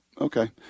okay